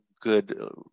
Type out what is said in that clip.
good